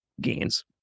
gains